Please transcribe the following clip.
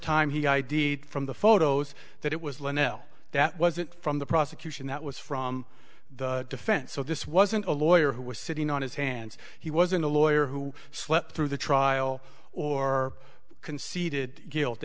time he aidid from the photos that it was leno that wasn't from the prosecution that was from the defense so this wasn't a lawyer who was sitting on his hands he wasn't a lawyer who slept through the trial or conceded guilt